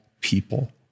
people